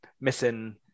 missing